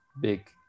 big